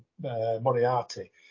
Moriarty